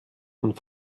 und